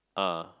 ah